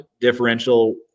differential